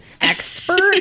expert